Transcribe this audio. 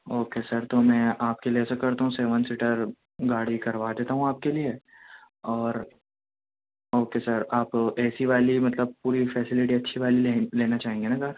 okay sir تو میں آپ کے لیے ایسا کرتا ہوں سیون سیٹر گاڑی کروا دیتا ہوں آپ کے لئے اور اوکے سر آپ اے سی والی مطلب پوری فیسیلیٹی اچھی والی لینا چاہیں گے نہ سر